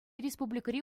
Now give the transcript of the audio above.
республикӑри